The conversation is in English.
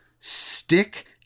Stick